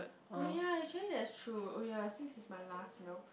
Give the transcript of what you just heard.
oh ya actually that's true oh ya since it's my last meal